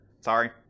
Sorry